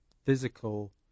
physical